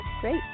Great